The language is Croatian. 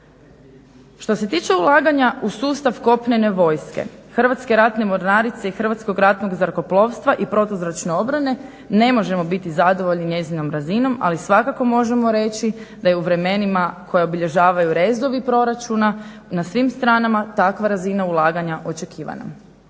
Što se tiče ulaganja u sustav kopnene vojske, Hrvatske ratne mornarice i Hrvatskog ratnog zrakoplovstva i protuzračne obrane ne možemo biti zadovoljni njezinom razinom, ali svakako možemo reći da je u vremenima koja obilježavaju rezovi proračuna na svim stranama takva razina ulaganja očekivana.